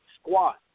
squat